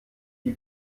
die